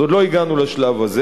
אז עוד לא הגענו לשלב הזה.